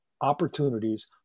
opportunities